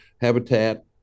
habitat